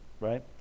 right